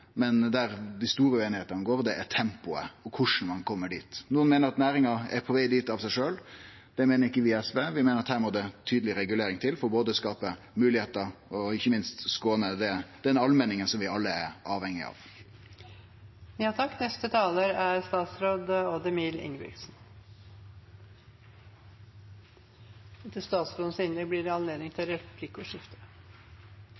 dei store ueinigheitene handlar om tempoet og korleis ein kjem dit. Nokon meiner at næringa er på veg dit av seg sjølv. Det meiner ikkje vi i SV, vi meiner at her må det tydeleg regulering til for både å skape moglegheiter og ikkje minst å skåne den allmenningen som vi alle er